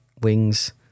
Wings